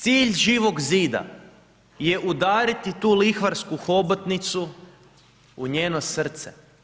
Cilj Živog zida je udariti tu lihvarsku hobotnicu u njeno srce.